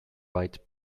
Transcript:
right